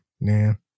man